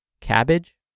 cabbage